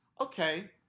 Okay